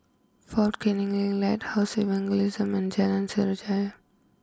Fort Canning Link Lighthouse Evangelism and Jalan Sejarah